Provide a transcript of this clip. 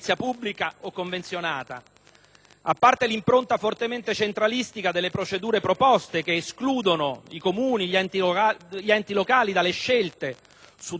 a parte l'impronta fortemente centralistica delle procedure proposte, che escludono i Comuni, gli enti locali dalle scelte su dove, quanto e come costruire;